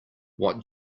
what